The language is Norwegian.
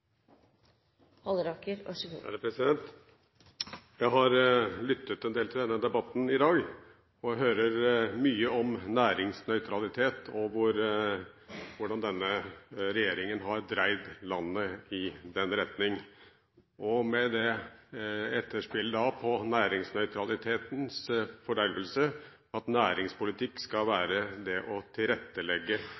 Jeg har lyttet en del til denne debatten i dag og hører mye om næringsnøytralitet og hvordan denne regjeringen har dreid landet i den retning, og med det etterspill til næringsnøytralitetens fordervelse at næringspolitikk skal